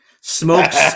Smokes